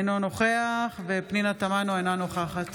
אינו נוכח פנינה תמנו, אינה נוכחת